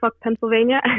Pennsylvania